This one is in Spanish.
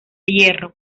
hierro